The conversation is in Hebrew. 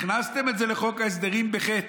הכנסתם את זה לחוק ההסדרים בחטא.